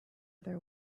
other